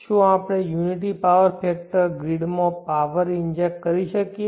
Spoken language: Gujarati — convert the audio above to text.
શું આપણે યુનિટી પાવર ફેક્ટરમાં ગ્રીડમાં પાવર ઈન્જેક્ટ કરી શકીએ